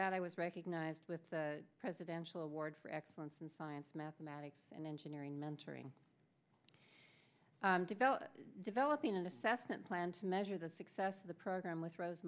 that i was recognized with the presidential award for excellence in science mathematics and engineering mentoring develop developing an assessment plan to measure the success of the program with rose